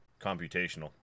computational